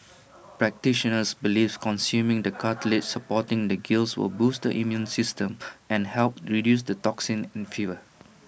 practitioners believe consuming the cartilage supporting the gills will boost the immune system and help reduce toxins and fever